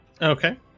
Okay